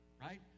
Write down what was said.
right